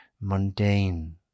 mundane